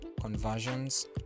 conversions